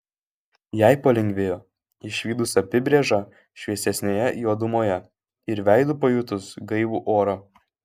jai palengvėjo išvydus apybrėžą šviesesnėje juodumoje ir veidu pajutus gaivų orą